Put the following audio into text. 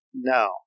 No